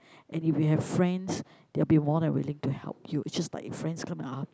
and if you have friends they'll be more than willing to help you it's just like friends come up